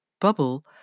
bubble